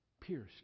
pierced